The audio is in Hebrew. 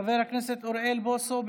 חבר הכנסת אוריאל בוסו,